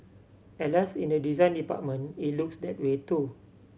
Alas in the design department it looks that way too